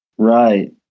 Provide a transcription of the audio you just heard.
Right